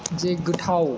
जे गोथाव